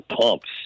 pumps